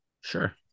Sure